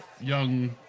young